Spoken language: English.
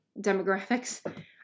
demographics